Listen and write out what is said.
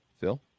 Phil